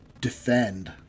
defend